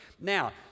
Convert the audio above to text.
Now